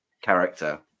character